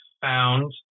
found